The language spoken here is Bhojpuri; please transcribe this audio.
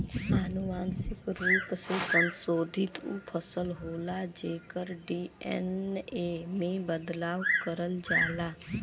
अनुवांशिक रूप से संशोधित उ फसल होला जेकर डी.एन.ए में बदलाव करल जाला